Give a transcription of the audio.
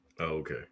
okay